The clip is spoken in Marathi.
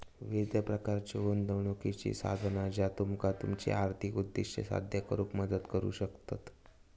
विविध प्रकारच्यो गुंतवणुकीची साधना ज्या तुमका तुमची आर्थिक उद्दिष्टा साध्य करुक मदत करू शकतत